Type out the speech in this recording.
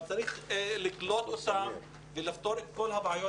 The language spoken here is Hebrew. צריך לקלוט אותם ולפתור את כל הבעיות.